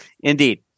indeed